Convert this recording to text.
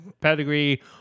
pedigree